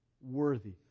worthy